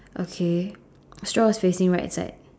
okay straw is facing right side